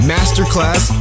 Masterclass